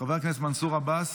חבר הכנסת מנסור עבאס,